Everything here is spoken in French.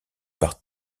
par